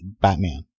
Batman